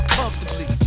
comfortably